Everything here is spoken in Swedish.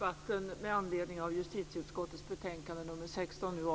Fru talman!